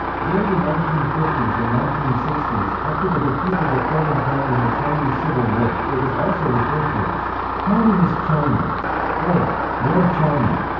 during the nineteen fifty s and nineteen sixty s, after the defeat of the kuomintang in the chinese civil war, it was also referred to as communist china or red china,